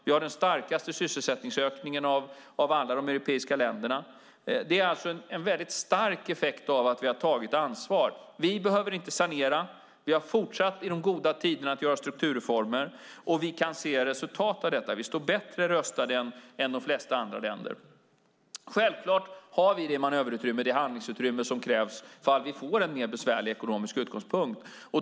Vi har den starkaste sysselsättningsökningen av alla de europeiska länderna. Det är alltså en väldigt stark effekt av att vi har tagit ansvar. Vi behöver inte sanera. Vi har fortsatt i de goda tiderna att göra strukturreformer, och vi kan se resultat av detta. Vi står bättre rustade än de flesta andra länder. Självklart har vi det manöverutrymme, det handlingsutrymme, som krävs om vi får en mer besvärlig ekonomisk utgångspunkt.